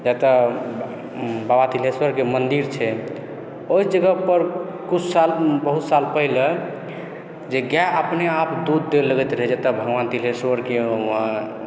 एकटा बाबा तिलेश्वरके मन्दिर छै ओहि जगहपर किछु साल बहुत साल पहिने जे गाय अपने आप दूध दए लगैत रहै जतऽ भगवान तिलेश्वरके